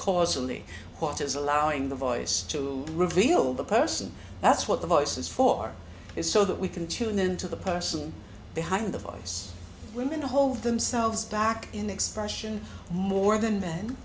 is allowing the voice to reveal the person that's what the voices for is so that we can tune in to the person behind the voice women hold themselves back in expression more than men